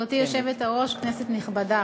גברתי היושבת-ראש, כנסת נכבדה,